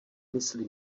mysli